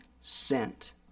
sent